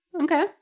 Okay